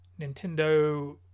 Nintendo